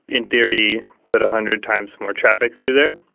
in theory, put a hundred times more traffic through there.